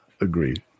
agreed